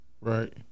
Right